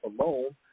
alone